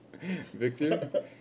Victor